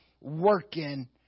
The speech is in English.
working